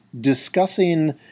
discussing